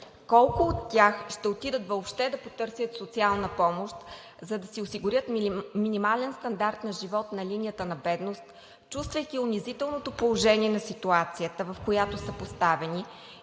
колко от тях ще отидат въобще да потърсят социална помощ, за да си осигурят минимален стандарт на живот на линията на бедност, чувствайки унизителното положение на ситуацията, в която са поставени,